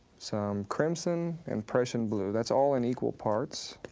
some crimson, and prussian blue. that's all in equal parts.